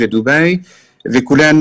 לדוגמא,